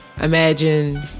imagine